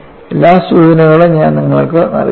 എല്ലാ സൂചനകളും ഞാൻ നിങ്ങൾക്ക് നൽകുന്നു